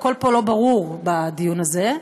הכול פה לא ברור בדיון הזה.